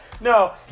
no